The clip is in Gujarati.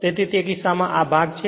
તેથી તે કિસ્સામાં આ ભાગ પણ છે